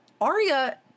Arya